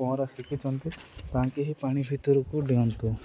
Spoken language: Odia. ପହଁରା ଶିଖିଛନ୍ତି ତାଙ୍କେ ହି ପାଣି ଭିତରକୁ ଡିଅନ୍ତୁ